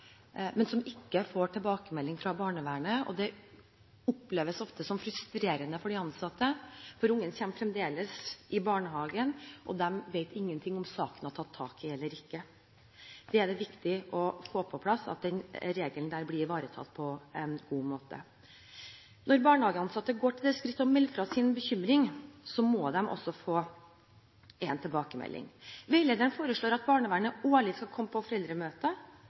men som ikke får tilbakemelding fra barnevernet. Det oppleves ofte som frustrerende for de ansatte, for ungen kommer fremdeles i barnehagen, og de vet ikke om saken er tatt tak i eller ikke. Det er viktig å få på plass at den regelen blir ivaretatt på en god måte. Når barnehageansatte går til det skritt å melde fra om sin bekymring, må de også få en tilbakemelding. Veilederen foreslår at barnevernet årlig skal komme på foreldremøter.